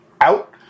out